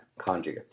conjugates